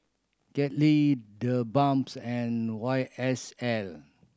Kettle TheBalms and Y S L